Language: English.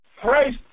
praise